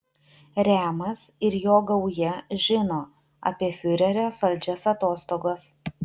remas ir jo gauja žino apie fiurerio saldžias atostogas